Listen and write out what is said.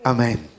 Amen